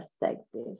perspective